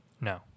No